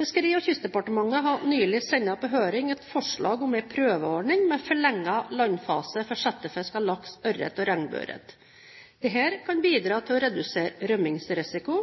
Fiskeri- og kystdepartementet har nylig sendt på høring et forslag om en prøveordning med forlenget landfase for settefisk av laks, ørret og regnbueørret. Dette kan bidra til å redusere rømmingsrisiko,